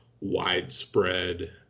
widespread